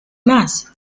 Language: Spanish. más